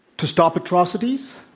to stop atrocities,